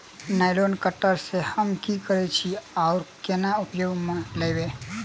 Nylon cutter सँ हम की करै छीयै आ केना उपयोग म लाबबै?